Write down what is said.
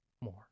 more